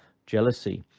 jealousy,